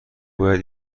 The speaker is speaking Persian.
باید